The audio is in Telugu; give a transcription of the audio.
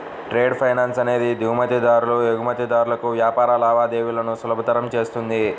ట్రేడ్ ఫైనాన్స్ అనేది దిగుమతిదారులు, ఎగుమతిదారులకు వ్యాపార లావాదేవీలను సులభతరం చేస్తుంది